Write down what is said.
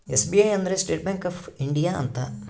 SBI ಅಂದ್ರ state bank of India ಅಂತ